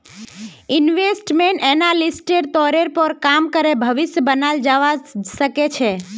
investment एनालिस्टेर तौरेर पर काम करे भविष्य बनाल जावा सके छे